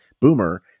Boomer